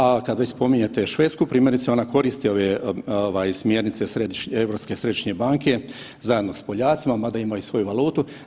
A kad već spominjete Švedsku, primjerice ona koristi ove ovaj smjernice Europske središnje banke zajedno s Poljacima, mada ima i svoju valutu.